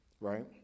right